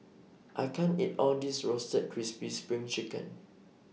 I can't eat All of This Roasted Crispy SPRING Chicken